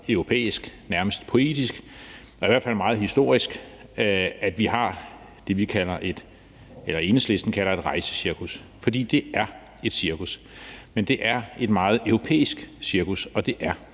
europæisk, nærmest poetisk, og i hvert fald meget historisk, at vi har det, Enhedslisten kalder et rejsecirkus. For det er et cirkus, men det er et meget europæisk cirkus, og det er